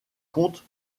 comte